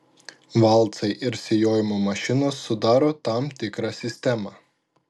valcai ir sijojimo mašinos sudaro tam tikrą sistemą